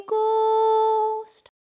Ghost